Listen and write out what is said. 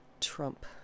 Trump